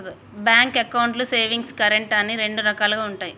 bank అకౌంట్లు savings, current అని రెండు రకాలుగా ఉంటయి